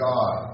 God